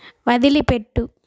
వదిలిపెట్టు